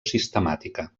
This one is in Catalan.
sistemàtica